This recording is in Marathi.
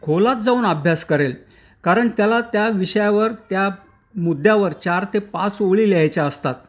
खोलात जाऊन अभ्यास करेल कारण त्याला त्या विषयावर त्या मुद्द्यावर चार ते पाच ओळी लिहायच्या असतात